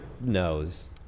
knows